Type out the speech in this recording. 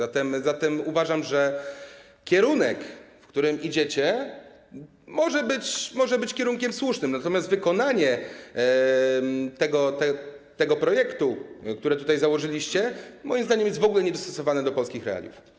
A zatem uważam, że kierunek, w którym idziecie, może być kierunkiem słusznym, natomiast wykonanie tego projektu, które tutaj założyliście, moim zdaniem jest w ogóle niedostosowane do polskich realiów.